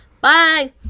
Bye